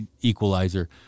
equalizer